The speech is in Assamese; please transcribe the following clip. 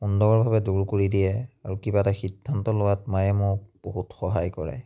সুন্দৰভাৱে দূৰ কৰি দিয়ে আৰু কিবা এটা সিদ্ধান্ত লোৱাত মায়ে মোক বহুত সহায় কৰে